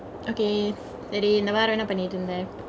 okay சரி இந்த வாரொ என்ன பன்னிட்டு இருந்த:seri indtha vaaro enna pannitu irunthe